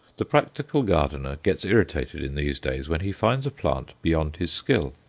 the practical gardener gets irritated in these days when he finds a plant beyond his skill.